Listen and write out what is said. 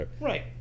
Right